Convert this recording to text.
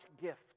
gift